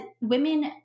women